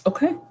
Okay